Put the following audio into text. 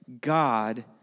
God